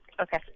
Okay